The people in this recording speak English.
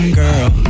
girl